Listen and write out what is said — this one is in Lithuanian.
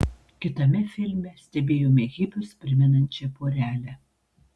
kitame filme stebėjome hipius primenančią porelę